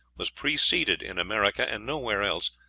was preceded in america, and nowhere else,